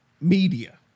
media